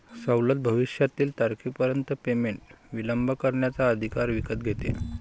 सवलत भविष्यातील तारखेपर्यंत पेमेंट विलंब करण्याचा अधिकार विकत घेते